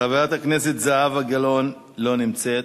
חברת הכנסת זהבה גלאון, לא נמצאת.